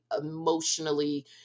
emotionally